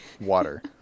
water